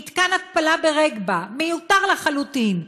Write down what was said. מתקן התפלה ברגבה, מיותר לחלוטין.